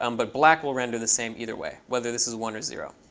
um but black will render the same either way whether this is one or zero.